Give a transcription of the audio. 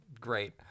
Great